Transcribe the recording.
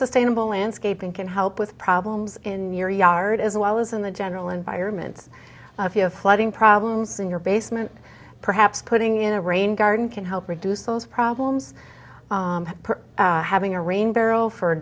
sustainable landscaping can help with problems in your yard as well as in the general environment if you have flooding problems in your basement perhaps putting in a rain garden can help reduce those problems having a rain barrel for